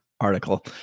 Article